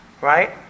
Right